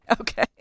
okay